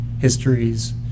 histories